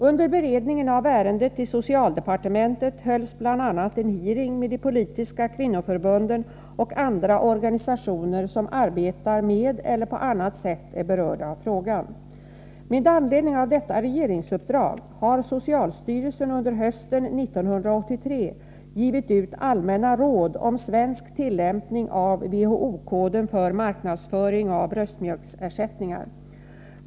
Under beredningen av ärendet i socialdepartementet hölls bl.a. en hearing med de politiska kvinnoförbunden och andra organisationer som arbetar med eller på annat sätt är berörda av frågan. Med anledning av detta regeringsuppdrag har socialstyrelsen under hösten 1983 givit ut allmänna råd om svensk tillämpning av WHO-koden för marknadsföring av bröstmjölksersättningar.